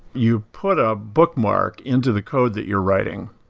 you put a bookmark into the code that you're writing,